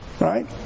right